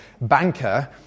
banker